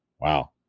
Wow